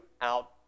out